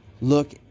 look